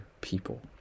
people